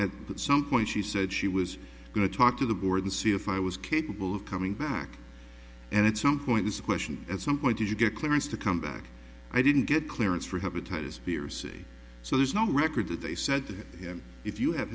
at some point she said she was going to talk to the board and see if i was capable of coming back and at some point it's a question at some point did you get clearance to come back i didn't get clearance for hepatitis b or c so there's no record that they said to him if you have